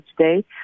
today